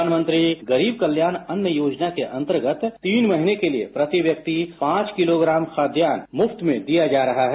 प्रधानमंत्री गरीब कल्याण अन्न योजना के अंतर्गत तीन महीने के लिए प्रति व्यक्ति पांच किलोग्राम खाद्यान्न मृफ्त में दिया जा रहा है